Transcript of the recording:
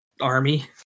army